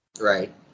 Right